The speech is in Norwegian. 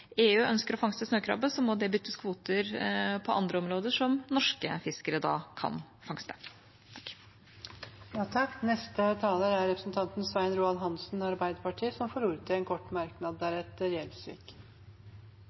EU ønsker å fangste snøkrabbe, må det byttes kvoter på andre områder som norske fiskere kan fangste. Representanten Svein Roald Hansen har hatt ordet to ganger tidligere og får ordet til en kort merknad,